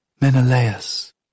Menelaus